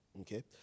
okay